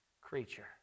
creature